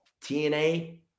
TNA